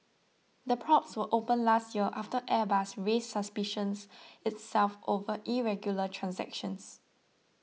the probes were opened last year after Airbus raised suspicions itself over irregular transactions